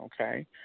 okay